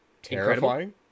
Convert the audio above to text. Terrifying